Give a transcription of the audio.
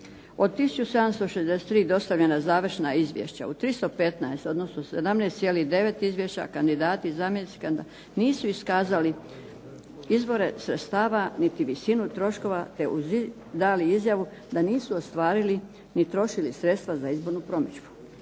Od 1763 dostavljena završna izvješća u 315 odnosno 17,9% izvješća kandidati i zamjenici kandidata nisu iskazali izvore sredstava niti visinu troškova te dali izjavu da nisu ostvarili ni trošili sredstva za izbornu promidžbu.